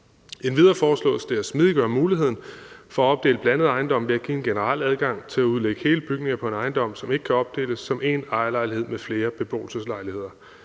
Endvidere foreslås det at smidiggøre muligheden for at opdele blandede ejendomme ved at give en generel adgang til at udlægge hele bygninger på en ejendom, som ikke kan opdeles, som én ejerlejlighed med flere beboelseslejligheder.